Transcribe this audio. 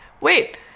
Wait